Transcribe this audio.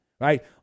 right